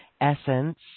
essence